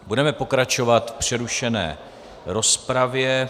Budeme pokračovat v přerušené rozpravě.